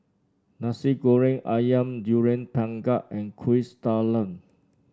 Nasi Goreng ayam Durian Pengat and Kuih Talam